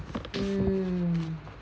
mm